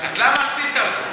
אז למה עשית אותו?